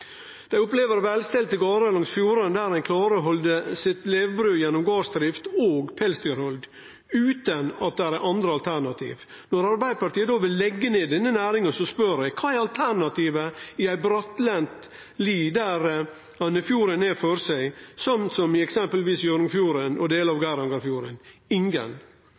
Dei opplever velstelte gardar langs fjorden, der ein klarer å halde sitt levebrød gjennom gardsdrift og pelsdyrhald, utan at det er andre alternativ. Når Arbeidarpartiet då vil leggje ned denne næringa, spør eg: Kva er alternativa i ei brattlendt li der ein har fjorden nedanfor seg, slik som i f.eks. Hjørundfjorden og delar av Geirangerfjorden? Ingen.